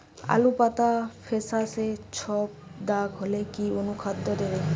আলুর পাতা ফেকাসে ছোপদাগ হলে কি অনুখাদ্য দেবো?